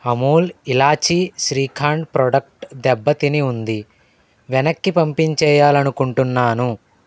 అమూల్ ఇలాచీ శ్రీఖండ్ ప్రొడక్ట్ దెబ్బతిని ఉంది వెనక్కి పంపించి వేయాలనుకుంటున్నాను